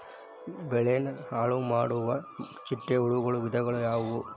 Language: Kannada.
ಬೆಳೆನ ಹಾಳುಮಾಡುವ ಚಿಟ್ಟೆ ಹುಳುಗಳ ವಿಧಗಳು ಯಾವವು?